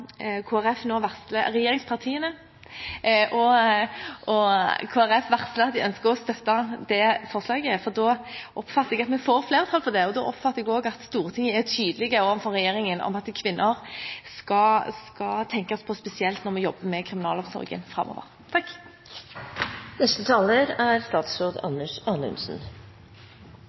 Folkeparti nå varsler at de ønsker å støtte forslaget, for da oppfatter jeg at vi får flertall for det, og da oppfatter jeg også at Stortinget er tydelig overfor regjeringen på at man skal tenke spesielt på kvinner når man jobber med kriminalomsorgen framover.